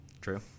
true